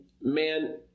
man